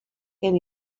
can